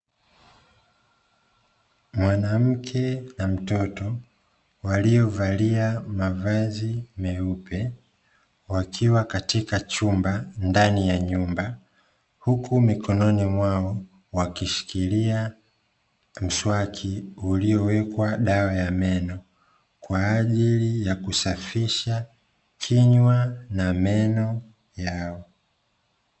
Mwanamke na mtoto waliovalia mavazi meupe, wakiwa katika chumba ndani ya nyumba. Huku mikononi mwao wakishikilia mswaki uliowekwa dawa ya meno kwa ajili ya kusafisha kinywa na meno yao.